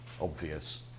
obvious